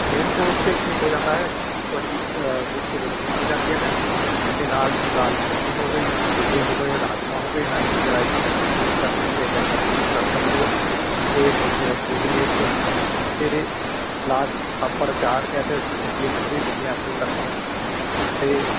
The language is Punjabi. ਮੇਨ ਕੋਰਸ 'ਤੇ ਕੀ ਹੋ ਜਾਂਦਾ ਹੈ ਕਿ ਤੁਹਾਡੀ ਮਿਕਸ ਰੋਟੀਆਂ ਹੋ ਜਾਂਦੀਆਂ ਨੇ ਅਤੇ ਨਾਲ ਦਾਲ ਮੱਖਣੀ ਹੋ ਗਈ ਛੋਲੇ ਹੋ ਗਏ ਰਾਜਮਾਂਹ ਹੋ ਗਏ ਇਹਨਾਂ ਵਿੱਚ ਜਿਹੜਾ ਆਇਟਮ ਤੁਸੀਂ ਚੂਜ਼ ਕਰਨਾ ਹੈ ਇੱਕ ਆਇਟਮ ਚੂਜ਼ ਕਰ ਸਕਦੇ ਹੋ ਅਤੇ ਮਿਕਸ ਵੈਜ ਹੋ ਗਈ ਇੱਕ ਅਤੇ ਸਲਾਦ ਪਾਪੜ ਆਚਾਰ ਇਹ ਤਾਂ ਅਸੀਂ ਕੰਪਲੀਮੈਂਟਰੀ ਦਿੰਦੇ ਹਾਂ ਆਪਣੀ ਤਰਫ਼ੋਂ ਅਤੇ